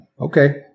Okay